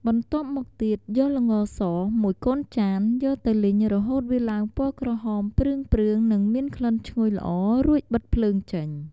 បន្ទាត់មកទៀតយកល្ងរសមួយកូនចានយកទៅលីងរហូតវាឡើងពណ៌ក្រហមព្រឿងៗនិងមានក្លិនឈ្ងុយល្អរួចបិទភ្លើងចេញ។